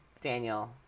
Daniel